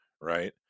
right